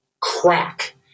crack